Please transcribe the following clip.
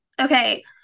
okay